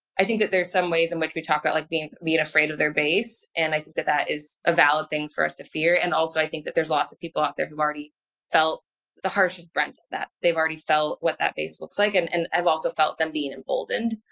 i think that there's some ways in which we talk about like being being afraid of their base and i think that that is a valid thing for us to fear. and also i think that there's lots of people out there who've already felt the harshest brunt of that, they've already felt what that base looks like and and i've also felt them being emboldened.